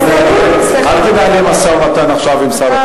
אל תנהלי עכשיו משא-ומתן עם שר התקשורת.